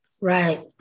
Right